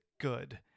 good